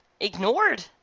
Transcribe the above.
ignored